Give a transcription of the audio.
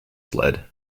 sled